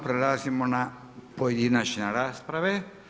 Prelazimo na pojedinačne rasprave.